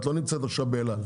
את לא נמצאת עכשיו באל על.